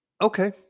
Okay